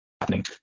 happening